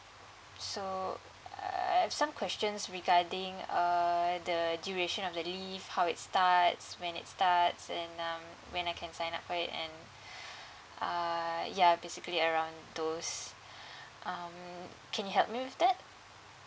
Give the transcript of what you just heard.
so err I have some questions regarding err the duration of the leave how it starts when it starts and um when I can sign up for it and err ya basically around those um can you help me with that